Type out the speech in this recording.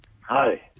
Hi